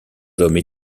hommes